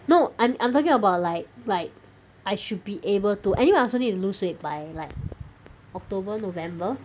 no I'm I'm talking about like like I should be able to anyway I also need to lose weight by like October November